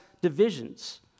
divisions